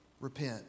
Repent